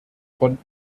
von